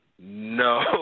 No